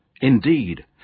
indeed